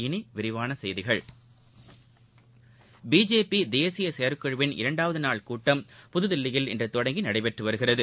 இனிவிரிவானசெய்திகள் பிஜேபிதேசியசெயற்குழுவின் இரண்டாவதுநாள் கூட்டம் புதுதில்லியில் இன்றுதொடங்கிநடைபெற்றுவருகிறது